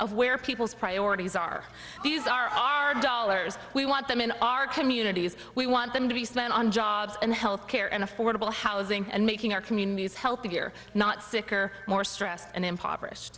of where people's priorities are these are our dollars we want them in our communities we want them to be spent on jobs and health care and affordable housing and making our communities healthier not sicker more stressed and impoverished